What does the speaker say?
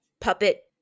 puppet